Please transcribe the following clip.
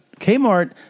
Kmart